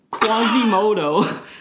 Quasimodo